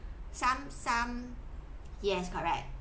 some some yes correct